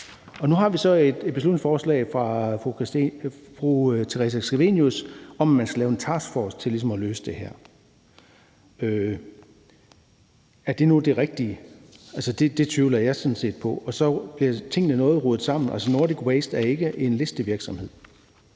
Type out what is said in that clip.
nu har vi så et beslutningsforslag fra fru Theresa Scavenius om, at man skal lave en taskforce til ligesom at løse det her. Er det nu det rigtige? Det tvivler jeg sådan set på. Og så bliver tingene noget rodet sammen. Altså, Nordic Waste er ikke en listevirksomhed,